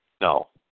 No